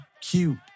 cute